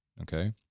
Okay